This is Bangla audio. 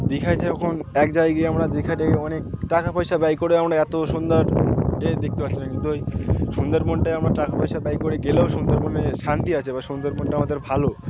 দীঘায় যে রকম এক জায়গায় আমরা দেখাতে অনেক টাকা পয়সা বাইক করে আমরা এত সুন্দর জিনিস ডেকে দেখতে পারছিলাম কিন্তু ওই সুন্দরবনটাই আমরা টাকা পয়সা বাইক করে গেলেও সুন্দরবনে শান্তি আছে বা সুন্দরবনটা আমাদের ভালো